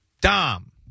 Dom